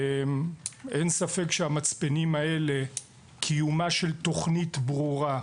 אין ספק שהמצפנים האלה, קיומה של תוכנית ברורה,